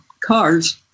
car's